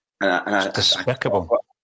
Despicable